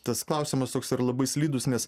tas klausimas toks ir labai slidūs nes